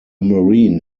marine